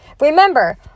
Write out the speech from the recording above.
Remember